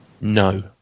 No